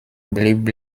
blieb